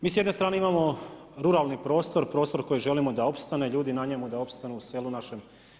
Mi s jedne strane imamo ruralni prostor, prostor koji želimo da opstane, ljudi na njemu da opstanu u selu našem.